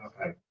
Okay